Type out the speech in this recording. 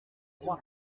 roi